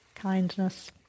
kindness